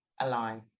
alive